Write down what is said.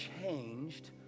changed